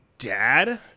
Dad